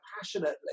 passionately